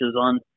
on